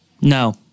No